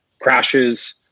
crashes